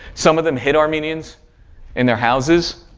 some of them hid armenians in their houses.